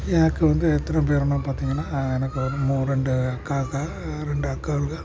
எனக்கு வந்து எத்தனை பேருன்னு பார்த்தீங்கனா எனக்கு வந்து மூ ரெண்டு அக்கா ரெண்டு அக்காளுகள்